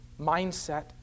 mindset